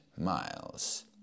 miles